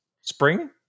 spring